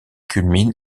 culmine